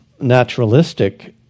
naturalistic